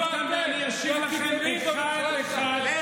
זה לא רק טיעון ילדותי, זה טיעון מסית,